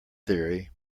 theory